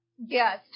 Yes